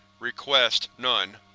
request none.